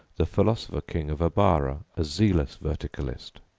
the philosopher-king of abara, a zealous verticalist.